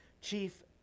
chief